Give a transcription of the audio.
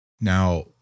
Now